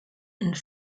and